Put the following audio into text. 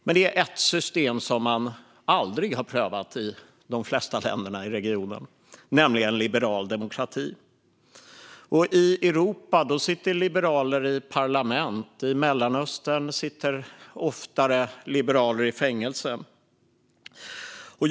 Det finns dock ett system som man aldrig har prövat i de flesta länderna i regionen, nämligen liberal demokrati. I Europa sitter liberaler i parlament. I Mellanöstern sitter liberaler oftare i fängelse. Herr talman!